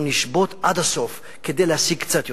אנחנו נשבות עד הסוף כדי להשיג קצת יותר.